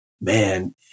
man